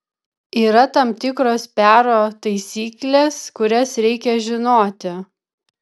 yra tam tikros piaro taisykles kurias reikia žinoti